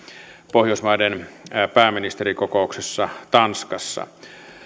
pohjoismaiden pääministerikokouksessa tanskassa